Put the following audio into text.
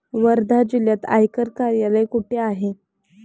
वर्धा जिल्ह्यात आयकर कार्यालय कुठे आहे?